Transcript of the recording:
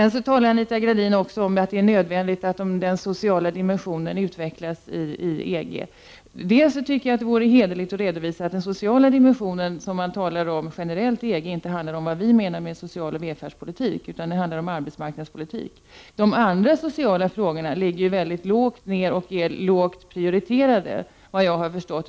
Anita Gradin talade också om att det är nödvändigt att den sociala dimensionen utvecklas i EG. Det vore hederligt att redovisa att den sociala dimension som man generellt inom EG talar om inte är densamma som vi anlägger när det gäller socialoch välfärdspolitik. Inom EG handlar det om arbetsmarknadspolitik. De andra sociala frågorna är lågt prioriterade, såvitt jag har förstått.